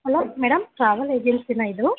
hello madam travel ಏಜೆನ್ಸಿನಾ ಇದು